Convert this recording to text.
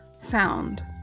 sound